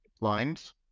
lines